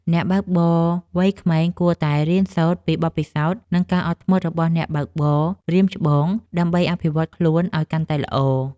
អ្នកបើកបរវ័យក្មេងគួរតែរៀនសូត្រពីបទពិសោធន៍ និងការអត់ធ្មត់របស់អ្នកបើកបររៀមច្បង ដើម្បីអភិវឌ្ឍខ្លួនឱ្យកាន់តែល្អ។